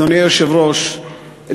אדוני היושב-ראש,